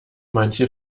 manche